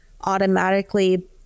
automatically